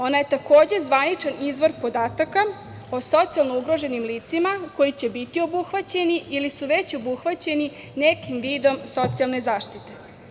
Ona je takođe zvaničan izvor podataka o socijalno ugroženim licima koji će biti obuhvaćeni ili su već obuhvaćeni nekim vidom socijalne zaštite.